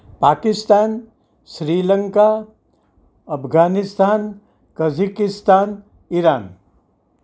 Pakistan Sri Lanka Afghanistan Kazakhstan Iran